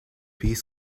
pays